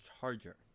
charger